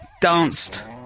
danced